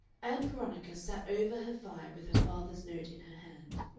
ann veronica sat over her fire with her father's note in her hand.